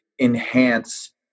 enhance